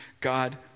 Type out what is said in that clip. God